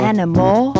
Animal